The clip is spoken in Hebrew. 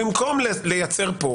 במקום לייצר פה,